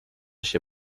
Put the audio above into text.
się